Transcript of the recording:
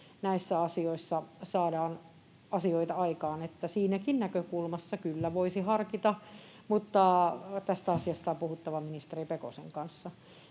näissä asioissa saadaan asioita aikaan. Siinäkin näkökulmassa kyllä voisi harkita, mutta tästä asiasta on puhuttava ministeri Pekosen kanssa.